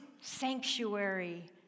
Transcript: sanctuary